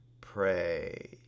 pray